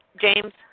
James